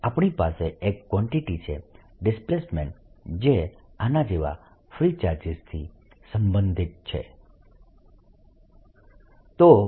તેથી આપણી પાસે એક કવાન્ટીટી છે ડિસ્પ્લેસમેન્ટ જે આના જેવા ફ્રી ચાર્જીસથી સંબંધિત છે